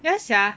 ya sia